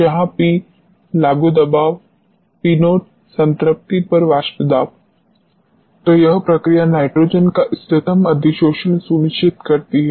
जहां P लागू दबाव P0 संतृप्ति पर वाष्प दाब तो यह प्रक्रिया नाइट्रोजन का इष्टतम अधिशोषण सुनिश्चित करती है